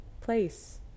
Place